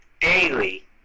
daily